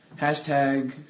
hashtag